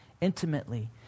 intimately